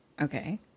Okay